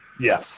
Yes